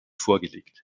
vorgelegt